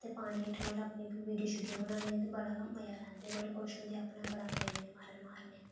ते पानियें दे हेठ अपनी मतलब वीडियो बनानी मज़ा लैंदे मतलब खुश होंदे गड़ाके मारदे अपने